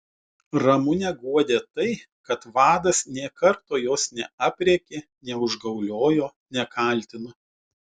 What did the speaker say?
ramunę guodė tai kad vadas nė karto jos neaprėkė neužgauliojo nekaltino